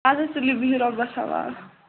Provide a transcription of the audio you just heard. اَدٕ حظ تُلِو بِہِو رۄبَس حوال